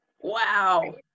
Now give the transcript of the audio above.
Wow